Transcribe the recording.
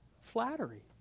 flattery